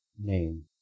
name